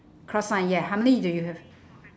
cross sign ya how many do you have